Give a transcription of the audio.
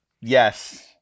Yes